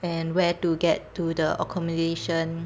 and where to get to the accommodation